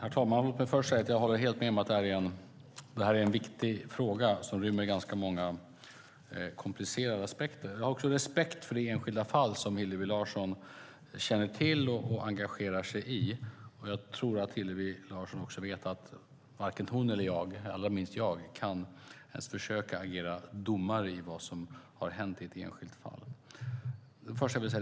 Herr talman! Låt mig först säga att jag håller helt med om att det här är en viktig fråga som rymmer ganska många komplicerade aspekter. Jag har också respekt för det enskilda fall som Hillevi Larsson känner till och engagerar sig i. Jag tror att Hillevi Larsson vet att varken hon eller jag, allra minst jag, kan försöka agera domare när det gäller vad som har hänt i ett enskilt fall. Det var det första jag ville säga.